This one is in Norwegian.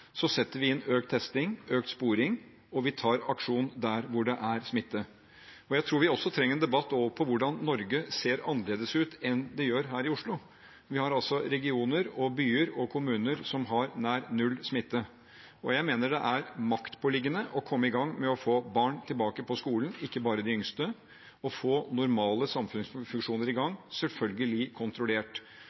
setter vi inn økt testing, økt sporing, og vi tar aksjon der hvor det er smitte. Jeg tror vi også trenger en debatt om hvordan Norge ser annerledes ut andre steder enn her i Oslo. Vi har regioner, byer og kommuner som har nær null smitte. Jeg mener det er maktpåliggende å komme i gang med å få barn tilbake på skolen, ikke bare de yngste, og få normale samfunnsfunksjoner i gang – selvfølgelig kontrollert.